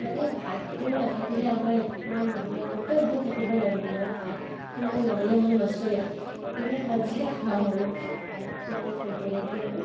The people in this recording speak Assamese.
মানে ভাতটো নাথাকিলে আমাৰ মানে নহয় মোৰতো একদম থাকিবই নোৱাৰোঁ মই ভাতটো নহ'লে মোৰ নচলে তিনিও সাজে খাওঁ আৰু ভাত মোৰ ফেভৰেটে হয়